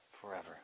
forever